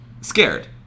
Scared